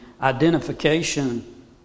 identification